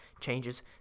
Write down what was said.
changes